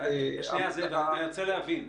זאב, אני רוצה להבין.